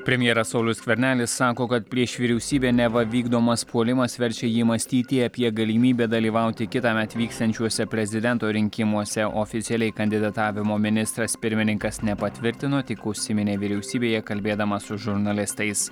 premjeras saulius skvernelis sako kad prieš vyriausybę neva vykdomas puolimas verčia jį mąstyti apie galimybę dalyvauti kitąmet vyksiančiuose prezidento rinkimuose oficialiai kandidatavimo ministras pirmininkas nepatvirtino tik užsiminė vyriausybėje kalbėdamas su žurnalistais